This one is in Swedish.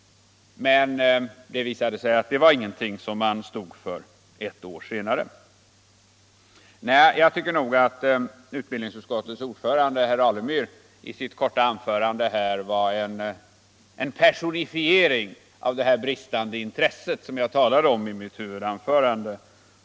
Men det visade sig att det var ingenting som man stod för ett år senare. Jag tycker nog att utbildningsutskottets ordförande herr Alemyr i sitt korta anförande här personifierade detta bristande intresse som jag talade om i mitt huvudanförande.